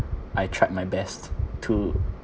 I tried my best to